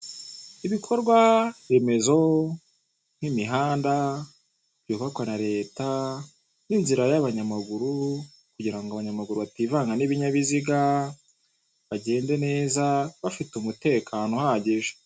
Ibikorwaremezo nk'imihanda yubakwa na Leta n'inzira y'abanyamaguru kugira ngo abanyamaguru bativanga n'ibinyabiziga bagende neza bafite umutekano uhagije.